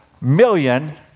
million